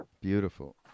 Beautiful